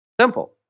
Simple